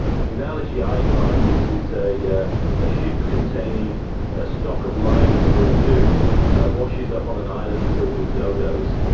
and the analogy i i use is a yeah a ship containing a stock of lions for a zoo washes up on an island filled with dodos,